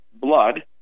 blood